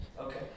Okay